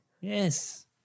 Yes